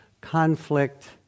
conflict